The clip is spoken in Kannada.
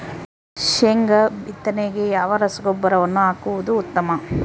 ಶೇಂಗಾ ಬಿತ್ತನೆಗೆ ಯಾವ ರಸಗೊಬ್ಬರವನ್ನು ಹಾಕುವುದು ಉತ್ತಮ?